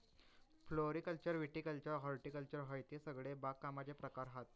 floriculture viticulture horticulture हयते सगळे बागकामाचे प्रकार हत